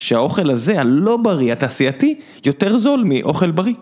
שהאוכל הזה הלא בריא התעשייתי יותר זול מאוכל בריא